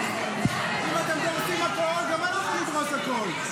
אם אתם דורסים הכול, גם אנחנו נדרוס הכול.